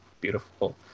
beautiful